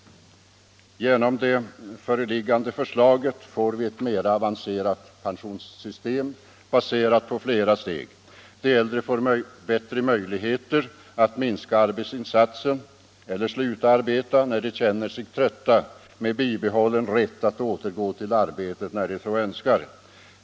Genom det föreliggande förslaget får vi ett mer avancerat pensionssystem, baserat på flera steg. De äldre får bättre möjligheter att minska sina arbetsinsatser eller sluta arbeta när de känner sig trötta med bibehållen rätt att återgå till arbetet när de så önskar.